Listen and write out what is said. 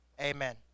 Amen